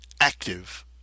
active